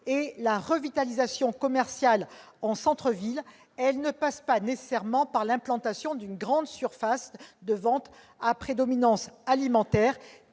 La revitalisation commerciale en centre-ville ne passe pas nécessairement par l'implantation d'une grande surface de vente à prédominance alimentaire